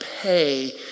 pay